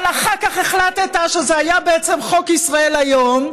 אבל אחר כך החלטת שזה היה בעצם חוק ישראל היום.